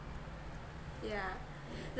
yeah